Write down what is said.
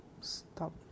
stop